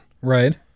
right